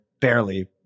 barely